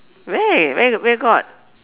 where where where got